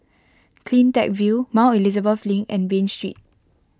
CleanTech View Mount Elizabeth Link and Bain Street